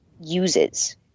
uses